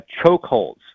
chokeholds